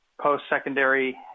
post-secondary